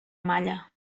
malla